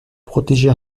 protéger